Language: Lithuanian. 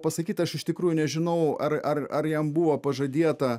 pasakyti aš iš tikrųjų nežinau ar ar ar jam buvo pažadėta